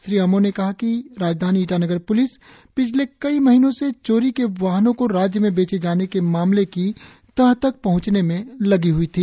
श्री आमो ने कहा कि राजधानी ईटानगर प्लिस पिछले कई महीनों से चोरी के वाहनों को राज्य में बेचे जाने के मामलों की तह तक पहंचने में लगी हई थी